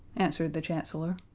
answered the chancellor.